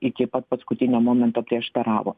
iki pat paskutinio momento prieštaravo